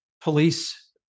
police